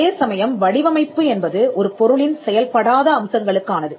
அதேசமயம் வடிவமைப்பு என்பது ஒரு பொருளின் செயல்படாத அம்சங்களுக்கானது